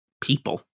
people